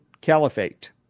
Caliphate